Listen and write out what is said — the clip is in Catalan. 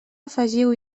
afegiu